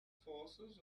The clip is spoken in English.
forces